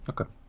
Okay